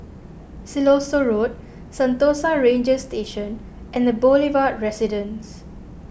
Siloso Road Sentosa Ranger Station and the Boulevard Residence